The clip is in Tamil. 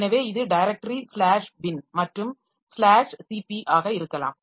எனவே இது டைரக்டரி ஸ்லாஷ் பின் மற்றும் ஸ்லாஷ் சிபி ஆக இருக்கலாம்